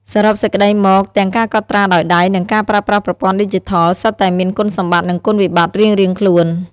សរុបសេចក្តីមក ទាំងការកត់ត្រាដោយដៃ និងការប្រើប្រាស់ប្រព័ន្ធឌីជីថល សុទ្ធតែមានគុណសម្បត្តិ និងគុណវិបត្តិរៀងៗខ្លួន។